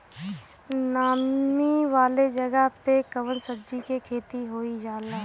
नामी वाले जगह पे कवन सब्जी के खेती सही होई?